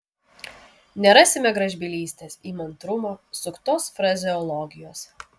nerasime gražbylystės įmantrumo suktos frazeologijos